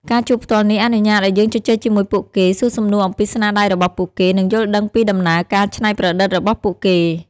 ការជួបផ្ទាល់នេះអនុញ្ញាតឲ្យយើងជជែកជាមួយពួកគេ សួរសំណួរអំពីស្នាដៃរបស់ពួកគេ និងយល់ដឹងពីដំណើរការច្នៃប្រឌិតរបស់ពួកគេ។